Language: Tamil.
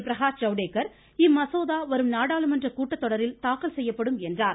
பிரகாஷ் ஐவ்டேகர் இம்மசோதா வரும் நாடாளுமன்ற கூட்டத் தொடரில் தாக்கல் செய்யப்படும் என்றார்